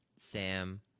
Sam